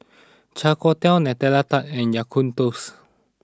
Char Kway Teow Nutella Tart and Kaya Toast